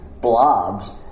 blobs